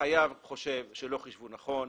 החייב חושב שלא חישבו נכון,